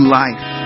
life